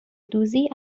دوزی